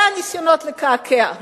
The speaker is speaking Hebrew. אלה הניסיונות לקעקע.